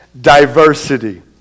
diversity